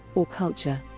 or culture.